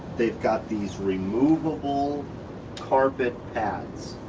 they've got these removable carpet pads,